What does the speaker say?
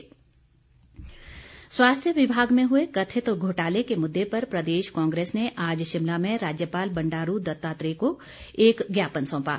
ज्ञापन स्वास्थ्य विभाग में हुए कथित घोटाले के मुद्दे पर प्रदेश कांग्रेस ने आज शिमला में राज्यपाल बंडारू दत्तात्रेय को एक ज्ञापन सौंपा